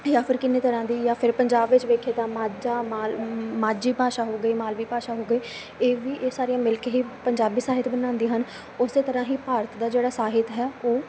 ਜਾਂ ਫਿਰ ਕਿੰਨੀ ਤਰ੍ਹਾਂ ਦੀ ਜਾਂ ਫਿਰ ਪੰਜਾਬ ਵਿੱਚ ਵੇਖੀਏ ਤਾਂ ਮਾਝਾ ਮਾਲ ਮਾਝੀ ਭਾਸ਼ਾ ਹੋ ਗਈ ਮਾਲਵਈ ਭਾਸ਼ਾ ਹੋ ਗਈ ਇਹ ਵੀ ਇਹ ਸਾਰੀਆਂ ਮਿਲ ਕੇ ਹੀ ਪੰਜਾਬੀ ਸਾਹਿਤ ਬਣਾਉਂਦੀਆਂ ਹਨ ਉਸ ਤਰ੍ਹਾਂ ਹੀ ਭਾਰਤ ਦਾ ਜਿਹੜਾ ਸਾਹਿਤ ਹੈ ਉਹ